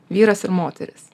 vyras ir moteris